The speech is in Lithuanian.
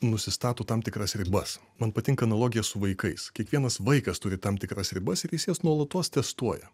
nusistato tam tikras ribas man patinka analogija su vaikais kiekvienas vaikas turi tam tikras ribas ir jis jas nuolatos testuoja